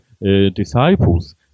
disciples